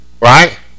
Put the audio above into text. Right